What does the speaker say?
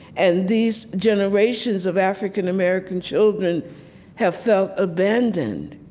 and these generations of african-american children have felt abandoned,